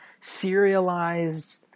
serialized